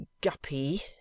Guppy